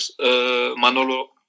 Manolo